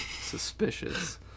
Suspicious